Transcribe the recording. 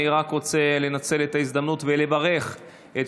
אני רק רוצה לנצל את ההזדמנות ולברך את